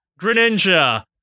Greninja